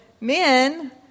men